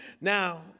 Now